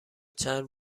چند